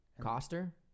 Coster